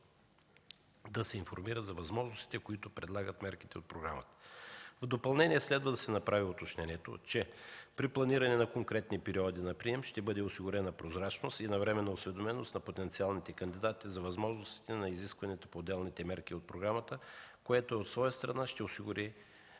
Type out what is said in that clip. да се информира за възможностите, които предлагат мерките от програмата. В допълнение следва да се направи уточнението, че при планиране на конкретни периоди на прием ще бъде осигурена прозрачност и навременна осведоменост на потенциалните кандидати за възможностите на изискванията по отделните мерки от програмата, което от своя страна ще осигури